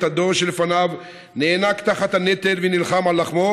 הדור שלפניו נאנק תחת הנטל ונלחם על לחמו.